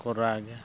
ᱠᱚ ᱨᱟᱜᱟ